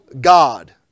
God